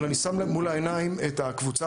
אבל אני שם לכם מול העיניים את הקבוצה